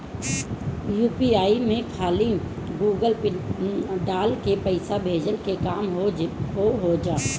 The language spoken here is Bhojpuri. यू.पी.आई में खाली गूगल पिन डाल के पईसा भेजला के काम हो होजा